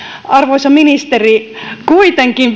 arvoisa ministeri kuitenkin